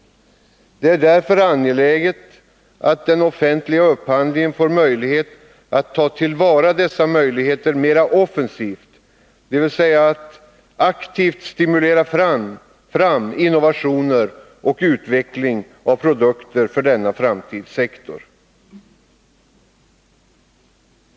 Det är därför angeläget att man i den offentliga upphandlingen får möjlighet att ta till vara dessa möjligheter mer offensivt, dvs. att stimulera fram innovationer och utveckling av produkter för denna framtidssektor.